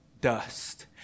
dust